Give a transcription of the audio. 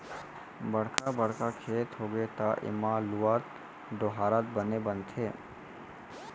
बड़का बड़का खेत होगे त एमा लुवत, डोहारत बने बनथे